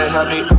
Happy